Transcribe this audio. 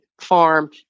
farm